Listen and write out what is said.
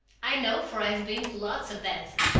i know, for i've been to lots of dances,